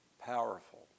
powerful